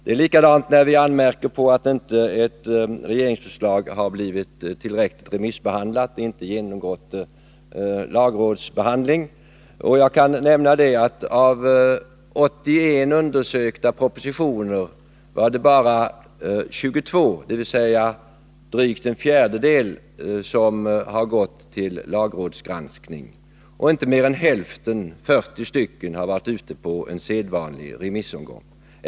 Det låter likadant när vi anmärker på att ett regeringsförslag inte blivit tillräckligt remissbehandlat eller genomgått lagrådsbehandling. Jag kan nämna att av 81 undersökta propositioner var det bara 22, dvs. drygt en fjärdedel, som gått till lagrådsgranskning. Inte mer än hälften, 40 stycken, har varit ute på sedvanlig remissomgång.